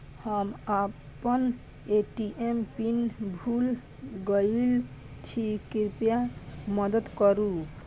हम आपन ATM pin भूल गईल छी, कृपया मदद करू